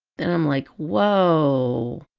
and i'm like whoa